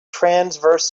transverse